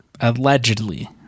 allegedly